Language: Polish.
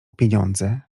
pieniądze